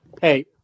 Hey